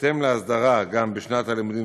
בהתאם לאותה הסדרה, גם בשנת הלימודים